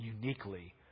uniquely